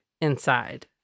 inside